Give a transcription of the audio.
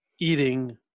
eating